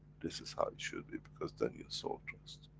this is how it should be because then you sow trust.